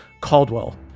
caldwell